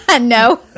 No